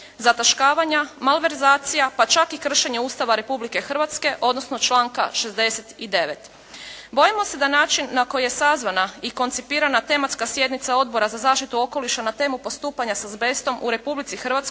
zataškavanja, malverzacija, pa čak i kršenja Ustava Republike Hrvatske, odnosno članka 69. Bojimo se da način na koji je sazvana i koncipirana tematska sjednica Odbora za zaštitu okoliša na temu postupanja s azbestom u Republici Hrvatskoj